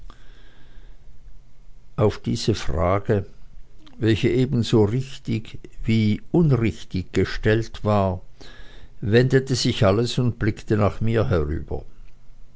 auf diese frage welche ebenso richtig wie unrichtig gestellt war wendete sich alles und blickte nach mir herüber